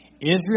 Israel